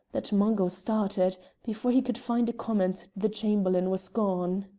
that mungo started before he could find a comment the chamberlain was gone.